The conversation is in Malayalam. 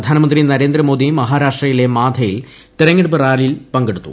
പ്രധാനമന്ത്രി നരേന്ദ്രമോദി മഹാരാഷ്ട്രയിലെ മാധയിൽ തെരഞ്ഞെടുപ്പ് റാലിയിൽ പങ്കെടുത്തു